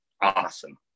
awesome